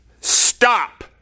stop